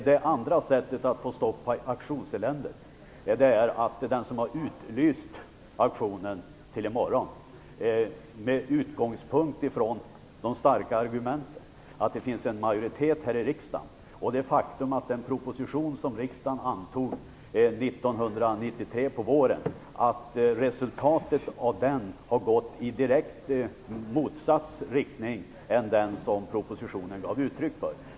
Det andra sättet att få stopp på auktionseländet är att den som har utlyst auktionen till i morgon med utgångspunkt från de starka argumenten att det finns en majoritet här i riksdagen, och det faktum att resultatet av den proposition som riksdagen antog år 1993 på våren har gått i direkt motsatt riktning än den propositionen gav uttryck för.